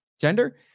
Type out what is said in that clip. gender